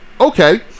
okay